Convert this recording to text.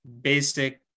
basic